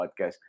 podcast